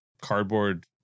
cardboard